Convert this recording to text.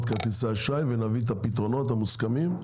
כרטיסי אשראי ונביא את הפתרונות המוסכמים,